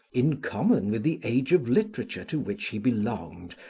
in common with the age of literature to which he belonged,